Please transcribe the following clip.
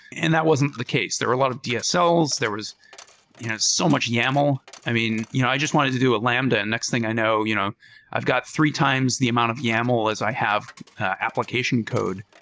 and that wasn't the case. there were a lot of dsls. there was so much yaml. i mean, you know i just wanted to do a lambda, and the next thing i know you know i've got three times the amount of yaml as i have application code.